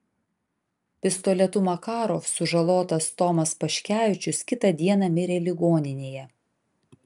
pistoletu makarov sužalotas tomas paškevičius kitą dieną mirė ligoninėje